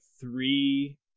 three